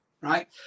Right